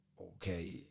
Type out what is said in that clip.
okay